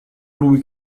lui